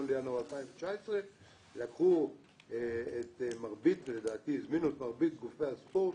בינואר 2019. לדעתי הזמינו את מרבית גופי הספורט